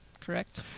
correct